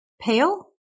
pale